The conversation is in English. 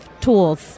tools